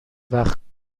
وقتگذرانی